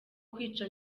kwica